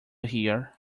hear